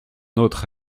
autre